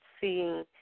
seeing